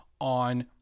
on